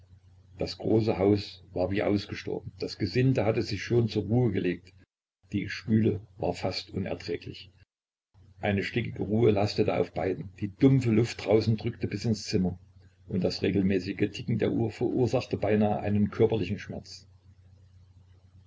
das große haus war wie ausgestorben das gesinde hatte sich schon zur ruhe gelegt die schwüle war fast unerträglich eine stickige ruhe lastete auf beiden die dumpfe luft draußen drückte bis ins zimmer und das regelmäßige ticken der uhr verursachte beinah einen körperlichen schmerz